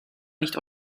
nicht